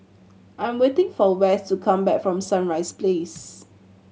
I'm waiting for Wess to come back from Sunrise Place